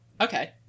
Okay